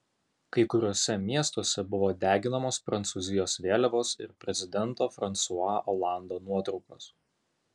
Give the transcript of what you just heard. kai kuriuose miestuose buvo deginamos prancūzijos vėliavos ir prezidento fransua olando nuotraukos